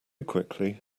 quickly